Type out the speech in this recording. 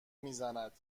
میزند